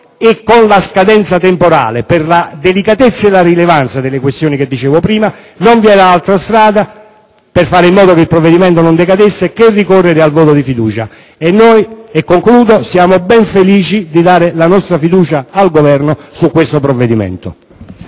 e con la scadenza temporale, per la delicatezza e la rilevanza delle questioni ricordate prima, non vi era altra strada, per impedire che il provvedimento decadesse, che ricorrere al voto di fiducia. E noi siamo ben felici di dare la nostra fiducia al Governo su questo provvedimento.